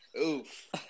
Oof